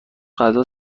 غذا